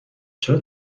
چرا